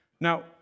Now